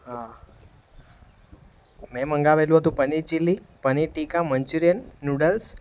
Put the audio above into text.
હા મેં મંગાવેલું હતું paneer chilli paneer tikka Manchurian noodles